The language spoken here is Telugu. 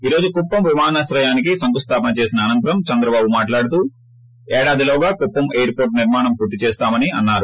ఈ రోజు కుప్సం విమానాశ్రయానికి శంకుస్లాపన చేసిన అనంతరం చంద్రబాబు మాట్లాడుతూ ఏడాదిలోగా కుప్పం ఎయిర్పోర్టు నిర్మాణం పూర్తి చేస్తామని అన్నారు